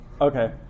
Okay